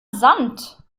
sand